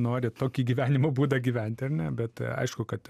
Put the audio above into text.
nori tokį gyvenimo būdą gyvent ar ne bet aišku kad